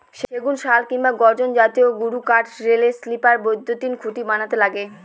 সেগুন, শাল কিংবা গর্জন জাতীয় গুরুকাঠ রেলের স্লিপার, বৈদ্যুতিন খুঁটি বানাতে লাগে